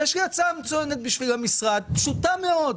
יש לי הצעה מצוינת למשרד וזאת הצעה פשוטה מאוד.